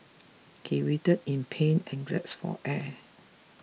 he writhed in pain and gasped for air